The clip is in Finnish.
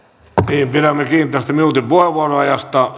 niin pidämme kiinni tästä minuutin puheenvuoroajasta